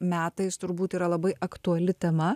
metais turbūt yra labai aktuali tema